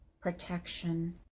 protection